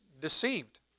Deceived